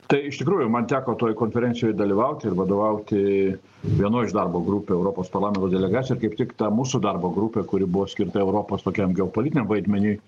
tai iš tikrųjų man teko toj konferencijoj dalyvauti ir vadovauti vienoj iš darbo grupių europos parlamento delegacija ir kaip tik ta mūsų darbo grupė kuri buvo skirta europos tokiam geopolitiniam vaidmeniui